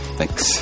Thanks